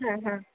হ্যাঁ হ্যাঁ